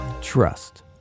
Trust